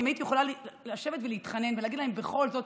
אם הייתי יכולה לשבת ולהתחנן ולהגיד להם: בכל זאת